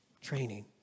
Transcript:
training